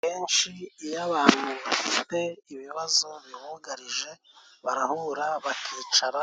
Akenshi iyo abantu bafite ibibazo bibugarije barahura bakicara